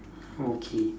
okay